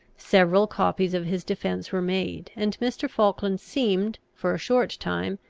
several copies of his defence were-made, and mr. falkland seemed, for a short time,